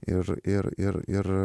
ir ir ir ir